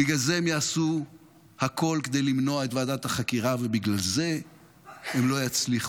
בגלל זה הם יעשו הכול כדי למנוע את ועדת החקירה ובגלל זה הם לא יצליחו.